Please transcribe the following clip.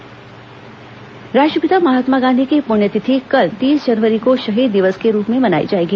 क्ष्ठ जागरूकता राष्ट्रपिता महात्मा गांधी की पुण्यतिथि कल तीस जनवरी को शहीद दिवस के रूप में मनाई जाएगी